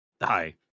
hi